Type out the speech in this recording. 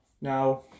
now